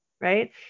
right